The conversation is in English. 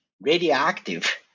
radioactive